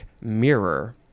mirror